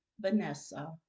Vanessa